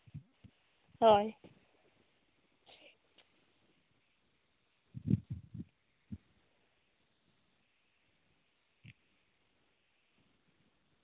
ᱦᱳᱭ